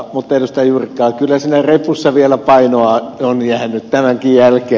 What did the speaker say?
juurikkala kyllä siihen reppuun on vielä jäänyt painoa tämänkin jälkeen